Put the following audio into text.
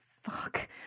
fuck